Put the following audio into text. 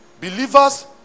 Believers